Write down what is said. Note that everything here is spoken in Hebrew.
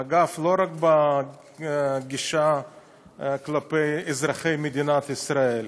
אגב, לא רק בגישה כלפי אזרחי מדינת ישראל,